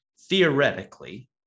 Theoretically